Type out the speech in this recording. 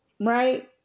right